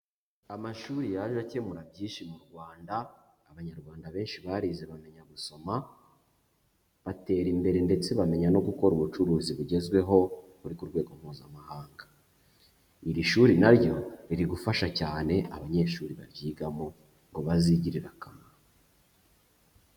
Amashuri yaje akemura byinshi mu Rwanda, Abanyarwanda benshi barize bamenya gusoma, batera imbere ndetse bamenya no gukora ubucuruzi bugezweho buri ku rwego Mpuzamahanga, iri shuri na ryo riri gufasha cyane abanyeshuri baryigamo ngo bazigirire akamaro.